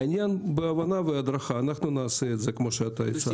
העניין, הדרכה, אנחנו נעשה את זה כמו שאתה הצעת.